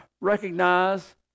recognize